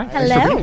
Hello